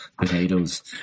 potatoes